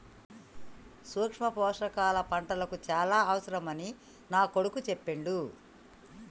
సూక్ష్మ పోషకాల పంటలకు చాల అవసరమని నా కొడుకు చెప్పిండు